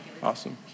Awesome